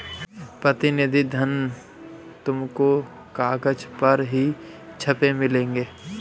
प्रतिनिधि धन तुमको कागज पर ही छपे मिलेंगे